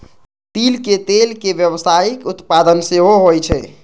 तिल के तेलक व्यावसायिक उत्पादन सेहो होइ छै